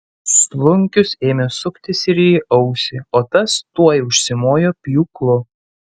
slunkius ėmė sukti sirijui ausį o tas tuoj užsimojo pjūklu